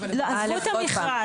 עזבו את המכרז.